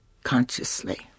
consciously